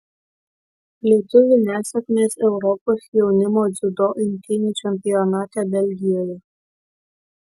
lietuvių nesėkmės europos jaunimo dziudo imtynių čempionate belgijoje